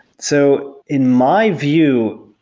so in my view,